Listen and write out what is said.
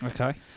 Okay